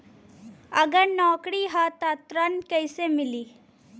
अगर नौकरी ह त ऋण कैसे मिली?